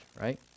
right